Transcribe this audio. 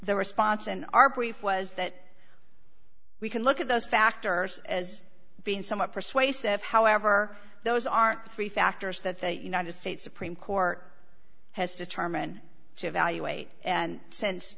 the response in our brief was that we can look at those factors as being somewhat persuasive however those aren't three factors that the united states supreme court has determined to evaluate and since